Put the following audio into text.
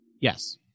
yes